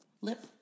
Lip